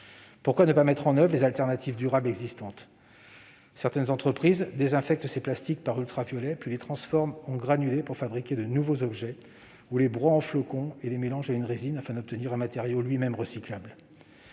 Pourquoi ne pas mettre en oeuvre les alternatives durables existantes ? Certaines entreprises désinfectent ces plastiques par ultraviolets puis les transforment en granulés pour fabriquer de nouveaux objets, ou les broient en flocons et les mélangent à une résine afin d'obtenir un matériau lui-même recyclable.